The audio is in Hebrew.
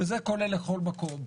וזה כולל כל מקום.